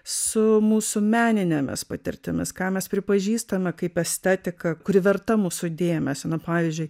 su mūsų meninėmis patirtimis ką mes pripažįstame kaip estetiką kuri verta mūsų dėmesio na pavyzdžiui